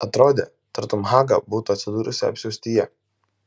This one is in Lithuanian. atrodė tartum haga būtų atsidūrusi apsiaustyje